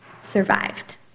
survived